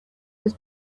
was